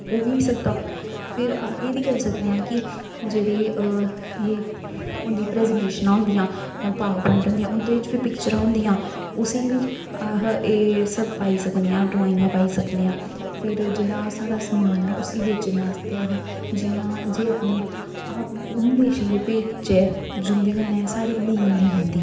ओह् बी होई सकदा फिर अस एह् बी करी सकने आं कि जेह्ड़ी एह् इ'यै होंदियां प्रजैनटेशनां होंदियां जां पावरप्वाइंट होंदियां उं'दे च बी पिक्चरां होंदियां उस्सी च अस एह् सब पाई सकने आं ड्राइंगां पाई सकने आं फिर जेह्ड़ा साढ़ा समान ऐ उस्सी बेचने आस्तै अस जि'यां जे अपनी अस उ'नें देशें गी भेजचै जिं'दे कन्नै साढ़ी नेईं इन्नी बनदी